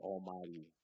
Almighty